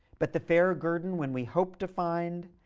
but the fair guerdon when we hope to find,